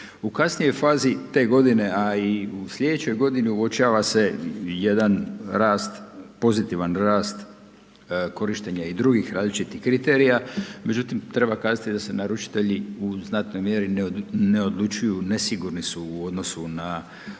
U kasnijoj fazi te godine a i u slijedećoj godini uočava se jedan rast, pozitivan rast korištenje i drugih različitih kriterija, međutim treba kazati da se naručitelji u znatnoj mjeri ne odlučuju, nesigurni su u odnosu na